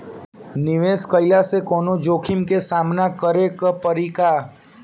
निवेश कईला से कौनो जोखिम के सामना करे क परि का?